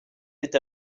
est